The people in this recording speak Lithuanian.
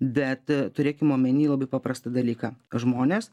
bet turėkim omeny labai paprastą dalyką žmonės